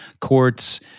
courts